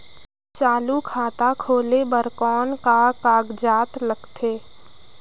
चालू खाता खोले बर कौन का कागजात लगथे?